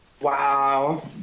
Wow